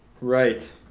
Right